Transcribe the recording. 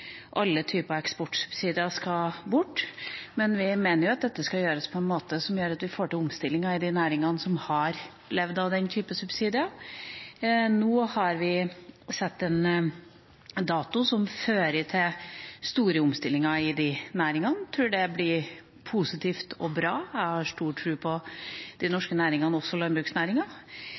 alle typer eksportsubsidier skal bort, men vi mener at dette skal gjøres på en måte som gjør at vi får til omstilling i de næringene som har levd av den typen subsidier. Nå har vi satt en dato som fører til store omstillinger i de næringene. Jeg tror det blir positivt og bra. Jeg har stor tro på de norske næringene – også landbruksnæringa.